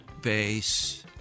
bass